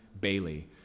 Bailey